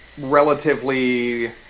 relatively